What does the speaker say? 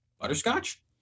Butterscotch